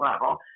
level